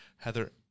Heather